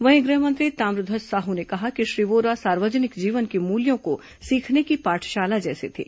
वहीं गृह मंत्री ताम्रध्वज साह ने कहा कि श्री वोरा सार्वजनिक जीवन के मूल्यों को सीखने की पाठशाला जैसे थे